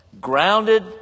Grounded